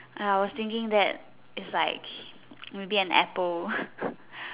uh I was thinking that it's like maybe an apple